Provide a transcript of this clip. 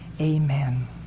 Amen